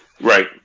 Right